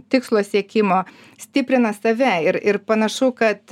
tikslo siekimo stiprina save ir ir panašu kad